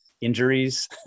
injuries